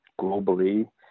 globally